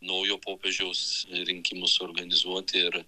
naujo popiežiaus rinkimus organizuoti ir